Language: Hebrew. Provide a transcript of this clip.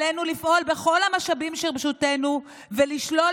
עלינו לפעול בכל המשאבים שברשותנו ולשלול